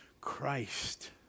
Christ